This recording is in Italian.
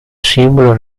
simbolo